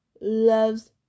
loves